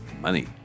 Money